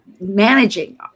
managing